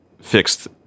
fixed